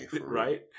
Right